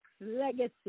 legacy